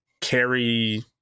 carry